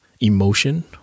emotion